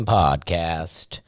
podcast